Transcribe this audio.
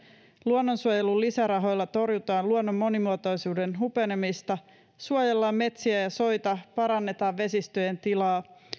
luonnonsuojelun lisärahoilla torjutaan luonnon monimuotoisuuden hupenemista suojellaan metsiä ja soita parannetaan vesistöjen tilaa